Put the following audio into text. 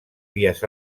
vies